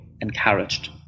encouraged